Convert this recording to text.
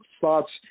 thoughts